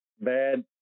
bad